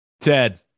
Ted